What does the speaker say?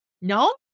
No